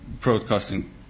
broadcasting